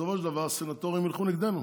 בסופו של דבר סנאטורים ילכו נגדנו,